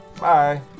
bye